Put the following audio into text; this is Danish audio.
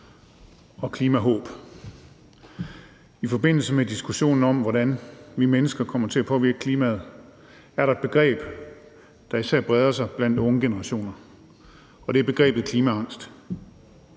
og klimahåb. I forbindelse med diskussionen om, hvordan vi mennesker kommer til at påvirke klimaet, er der et begreb, der især breder sig blandt unge generationer, og det er begrebet klimaangst.